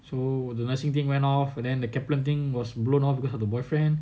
so the nursing thing went off and then the kaplan thing was blown off because of the boyfriend